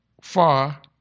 far